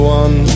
one